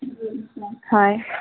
হয়